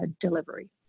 delivery